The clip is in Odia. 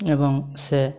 ଏବଂ ସେ